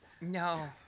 No